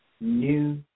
new